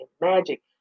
magic